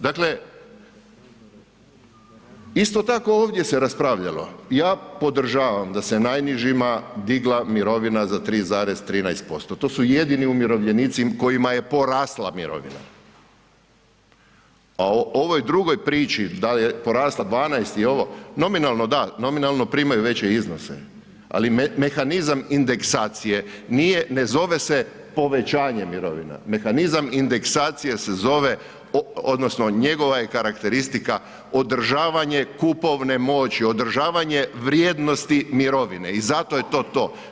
Dakle, isto tako ovdje se raspravljalo, ja podržavam da se najnižima digla mirovina za 3,13% to su jedini umirovljenici kojima je porasla mirovina, a o ovoj drugo priči da li je porasla 12 i ovo, nominalno da, nominalno primaju veće iznose, ali mehanizam indeksacije ne zove se povećanje mirovina, mehanizam indeksacije se zove odnosno njegova je karakteristika održavanje kupovne moći, održavanje vrijednosti mirovine i zato je to to.